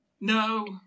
No